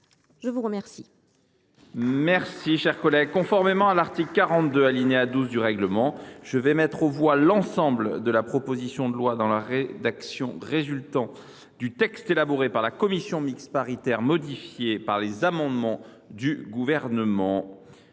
je vous remercie